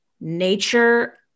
nature